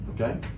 Okay